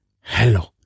Hello